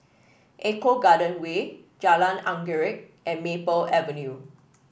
Eco Garden Way Jalan Anggerek and Maple Avenue